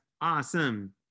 awesome